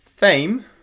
Fame